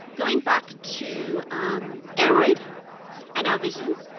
going back to aeroid and our vision,